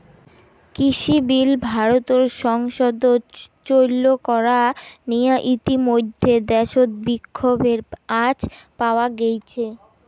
কৃষিবিল ভারতর সংসদত চৈল করা নিয়া ইতিমইধ্যে দ্যাশত বিক্ষোভের আঁচ পাওয়া গেইছে